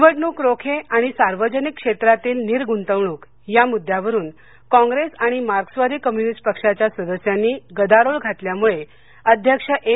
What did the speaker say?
निवडणूक रोखे आणि सार्वजनिक क्षेत्रातील निर्गुतवणूक या मुद्द्यावरून कॉप्रेस आणि मार्क्सवादी कामुनिस्ट पक्षाच्या सदस्यांनी गदारोळ घातल्यामुळे अध्यक्ष एम